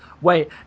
wait